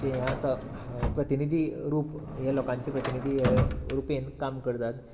जे हें आसा प्रतिनिधी रूप हें लोकांचें प्रतिनीधी रुपान काम करतात